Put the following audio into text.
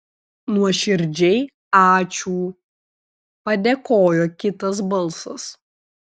nuoširdžiai ačiū padėkojo kitas balsas